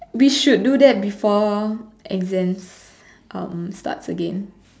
we should do that before exams um starts again